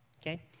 okay